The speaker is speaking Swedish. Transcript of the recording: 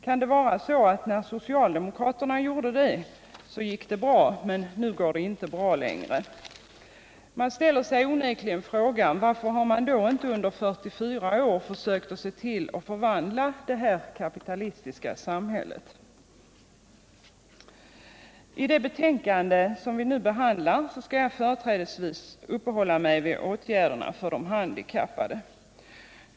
Kan det vara så att när socialdemokraterna gjorde det gick det bra, men nu går det inte längre bra? Man ställer sig onekligen frågan: Varför har socialdemokraterna då inte under 44 år försökt förvandla det här kapitalistiska samhället? I det betänkande som vi nu behandlar skall jag företrädesvis uppehålla mig vid åtgärderna för de handikappade.